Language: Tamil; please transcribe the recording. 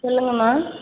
சொல்லுங்கம்மா